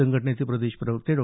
संघटनेचे प्रदेश प्रवक्ते डॉ